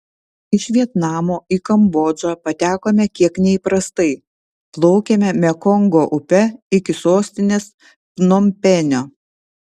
iš vietnamo į kambodžą patekome kiek neįprastai plaukėme mekongo upe iki sostinės pnompenio